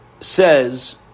says